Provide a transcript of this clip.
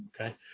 Okay